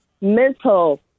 mental